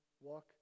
walk